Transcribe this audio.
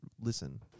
listen